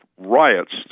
riots